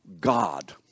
God